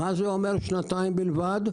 מה זה אומר שנתיים בלבד?